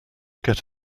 get